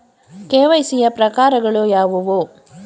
KYC ಯ ಪ್ರಕಾರಗಳು ಯಾವುವು?